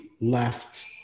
left